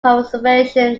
conservation